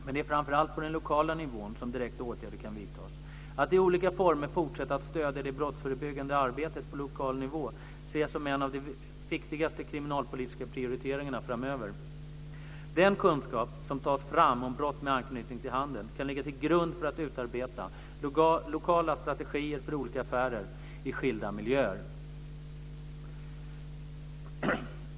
Men det är framför allt på den lokala nivån som direkta åtgärder kan vidtas. Att i olika former fortsätta att stödja det brottsförebyggande arbetet på lokal nivå ser jag som en av de viktigaste kriminalpolitiska prioriteringarna framöver. Den kunskap som tas fram om brott med anknytning till handeln kan ligga till grund för att utarbeta lokala strategier för olika affärer i skilda miljöer.